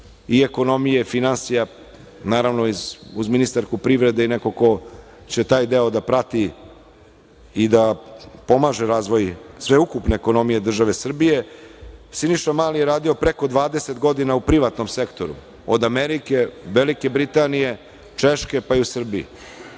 i ekonomije, finansija, naravno uz ministarku privrede i neko ko će taj deo da prati i da pomaže razvoj sveukupne ekonomije države Srbije. Siniša Mali je radio preko 20 godina u privatnom sektoru, od Amerike, Velike Britanije, Češke, pa i u Srbiji. Ne